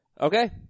Okay